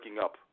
up